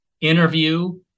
interview